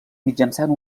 mitjançant